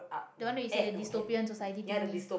the one that you say the dystopian society thinggy